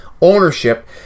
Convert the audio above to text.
ownership